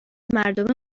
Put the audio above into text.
مردم